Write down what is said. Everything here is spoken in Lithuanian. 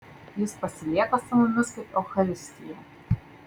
jis pasilieka su mumis kaip eucharistija